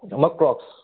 মই ক্ৰকছ্